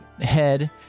head